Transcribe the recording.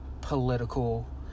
political